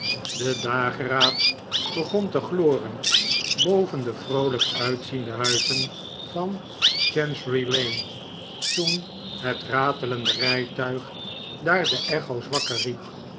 de dageraad begon te gloren boven de vroolijk uitziende huizen van chancery p a lane toen het ratelende rijtuig daar de echo's wakker riep